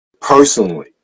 personally